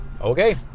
okay